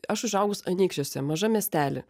aš užaugus anykščiuose mažam miestely